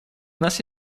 нас